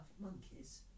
monkeys